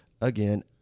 again